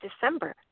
December